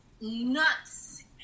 nuts